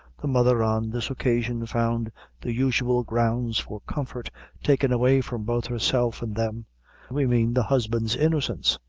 the mother, on this occasion, found the usual grounds for comfort taken away from both herself and them we mean, the husband's innocence.